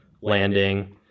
landing